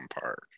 park